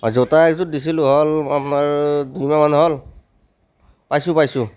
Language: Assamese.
জোতা এযোৰ দিছিলোঁ হ'ল আপোনাৰ দুইমাহমান হ'ল পাইছোঁ পাইছোঁ